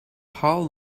hull